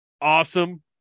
Awesome